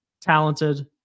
talented